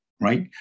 right